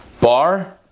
bar